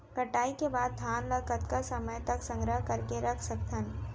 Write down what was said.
कटाई के बाद धान ला कतका समय तक संग्रह करके रख सकथन?